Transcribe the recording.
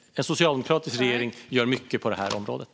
En socialdemokratisk regering gör mycket på området.